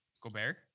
Gobert